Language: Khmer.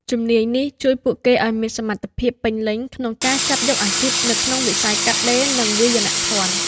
ជំនាញនេះជួយពួកគេឱ្យមានសមត្ថភាពពេញលេញក្នុងការចាប់យកអាជីពនៅក្នុងវិស័យកាត់ដេរ និងវាយនភណ្ឌ។